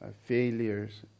failures